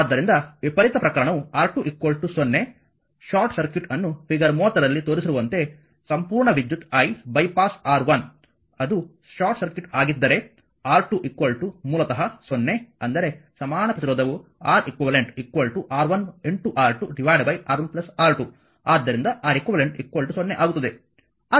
ಆದ್ದರಿಂದ ವಿಪರೀತ ಪ್ರಕರಣವು R2 0 ಶಾರ್ಟ್ ಸರ್ಕ್ಯೂಟ್ ಅನ್ನು ಫಿಗರ್ 30 ರಲ್ಲಿ ತೋರಿಸಿರುವಂತೆ ಸಂಪೂರ್ಣ ವಿದ್ಯುತ್ i ಬೈಪಾಸ್ R1 ಅದು ಶಾರ್ಟ್ ಸರ್ಕ್ಯೂಟ್ ಆಗಿದ್ದರೆ R2 ಮೂಲತಃ 0 ಅಂದರೆ ಸಮಾನ ಪ್ರತಿರೋಧ R eq R1 R2 R1 R2 ಆದ್ದರಿಂದ R eq 0 ಆಗುತ್ತದೆ